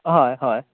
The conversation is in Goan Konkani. हय हय